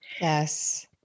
Yes